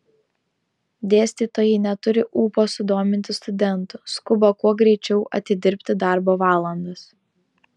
dėstytojai neturi ūpo sudominti studentų skuba kuo greičiau atidirbti darbo valandas